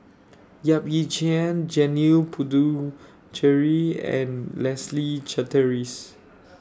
Yap Ee Chian Janil Puthucheary and Leslie Charteris